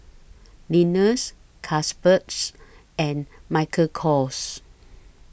Lenas Carlsbergs and Michael Kors